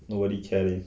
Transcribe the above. nobody care eh